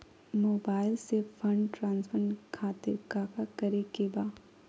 Mobile से fund transfer खातिर काका करे के बा?